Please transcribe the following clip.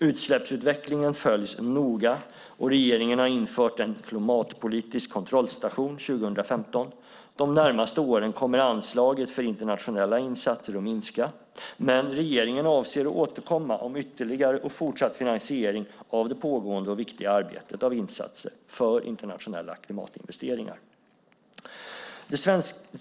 Utsläppsutvecklingen följs noga och regeringen har infört en klimatpolitisk kontrollstation 2015. De närmaste åren kommer anslaget för internationella insatser att minska, men regeringen avser att återkomma om ytterligare och fortsatt finansiering av det pågående och viktiga arbetet av insatser för internationella klimatinvesteringar.